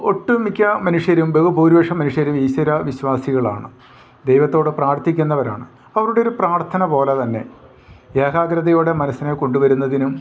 ഒട്ടുമിക്ക മനുഷ്യരും ബഹുഭൂരിപക്ഷം മനുഷ്യരും ഈശ്വര വിശ്വാസികളാണ് ദൈവത്തോട് പ്രാർത്ഥിക്കുന്നവരാണ് അവരുടെ ഒരു പ്രാർത്ഥന പോലെ തന്നെ ഏകാഗ്രതയോടെ മനസ്സിനെ കൊണ്ടു വരുന്നതിനും